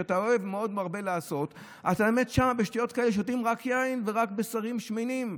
שאתה מאוד מרבה לעשות שותים רק יין ורק בשרים שמנים,